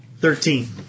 Thirteen